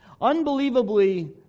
unbelievably